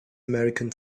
american